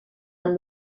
amb